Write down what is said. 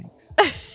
Thanks